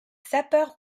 sapeur